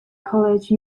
college